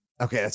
Okay